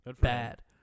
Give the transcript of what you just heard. Bad